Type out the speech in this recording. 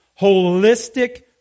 holistic